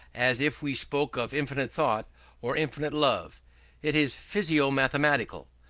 as if we spoke of infinite thought or infinite love it is physico-mathematical.